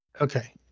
Okay